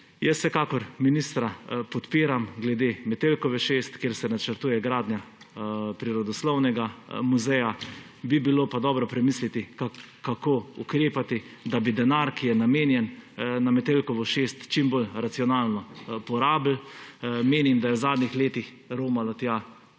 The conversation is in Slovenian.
Jaz vsekakor ministra podpiram glede Metelkove 6, kjer se načrtuje gradnja prirodoslovnega muzeja. Bi bilo pa dobro premisliti, kako ukrepati, da bi denar, ki je namenjen za Metelkovo 6, čim bolj racionalno porabili. Menim, da je v zadnjih letih romalo tja